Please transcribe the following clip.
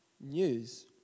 news